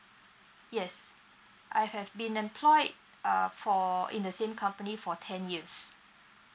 yes I have been employed uh for in the same company for ten years